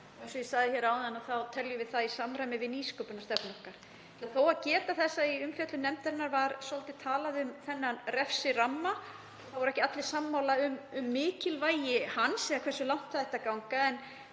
Og eins og ég sagði áðan þá teljum við það í samræmi við nýsköpunarstefnu okkar. Ég ætla þó að geta þess að í umfjöllun nefndarinnar var svolítið talað um refsirammann. Það voru ekki allir sammála um mikilvægi hans eða hversu langt ætti að ganga. En